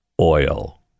oil